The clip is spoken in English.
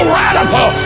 radical